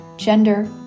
Gender